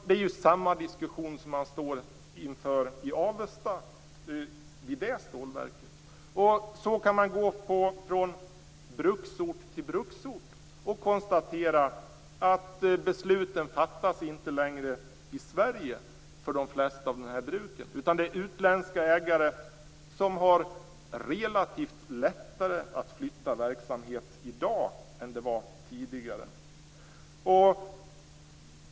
Det är ju samma diskussion som man står inför vid stålverket i Avesta. Så kan man gå från bruksort till bruksort och konstatera att besluten inte längre fattas i Sverige för de flesta av dessa bruk, utan det är utländska ägare som har relativt lättare att flytta verksamhet i dag än tidigare.